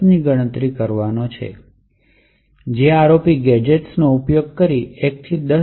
ની ગણતરી કરવાનો છે જે ROP ગેજેટ્સ નો ઉપયોગ કરીને 1 થી 10